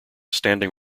standing